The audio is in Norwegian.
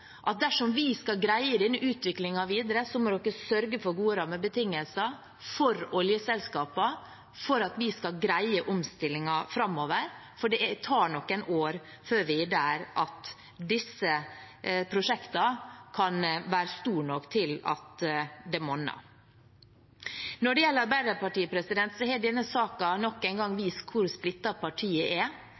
at dersom de skal greie denne utviklingen videre, må vi sørge for gode rammebetingelser for oljeselskapene, for at de skal greie omstillingen framover, for det tar noen år før de er der at disse prosjektene kan være store nok til at det monner. Når det gjelder Arbeiderpartiet, har denne saken nok en gang vist hvor splittet partiet er,